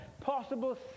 possible